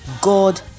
God